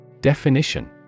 Definition